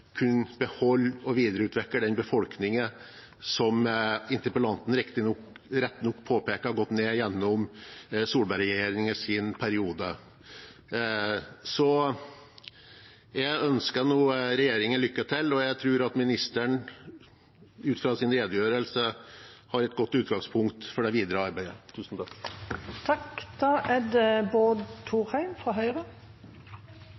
kunne beholde og videreutvikle den befolkningen som interpellanten rett nok påpeker har gått ned gjennom Solberg-regjeringens periode. Jeg ønsker regjeringen lykke til, og jeg tror at ministeren – ut fra det han sa i redegjørelsen sin – har et godt utgangspunkt for det videre arbeidet. Jeg synes det er